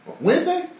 Wednesday